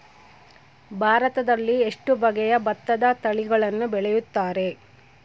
ಭಾರತದಲ್ಲಿ ಎಷ್ಟು ಬಗೆಯ ಭತ್ತದ ತಳಿಗಳನ್ನು ಬೆಳೆಯುತ್ತಾರೆ?